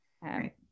Right